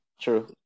True